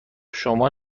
شما